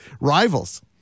rivals